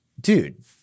dude